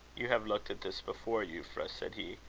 you have looked at this before, euphra, said he.